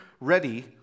ready